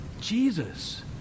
Jesus